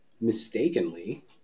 mistakenly